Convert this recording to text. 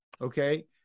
Okay